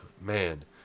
man